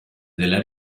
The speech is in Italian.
della